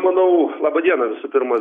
manau laba diena visų pirma